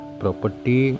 property